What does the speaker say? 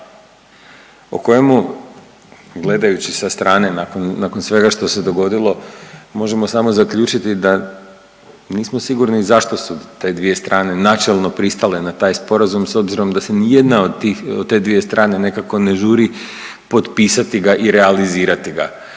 o kojemu gledajući sa strane nakon svega što se dogodilo možemo samo zaključiti da nismo sigurni zašto su te dvije strane načelno pristale na taj sporazum s obzirom da se ni jedna od te dvije strane nekako ne žuri potpisati ga i realizirati ga.